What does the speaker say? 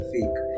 Fake